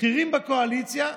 בכירים בקואליציה,